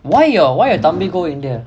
why your why your தம்பி:thambi go india